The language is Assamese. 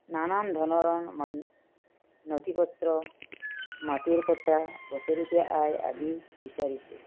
নানান ধৰণৰ নথিপত্ৰ মাটিৰ পট্টা বছৰেকীয়া আয় আদি বিচাৰিছিল